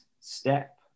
step